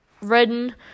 Redden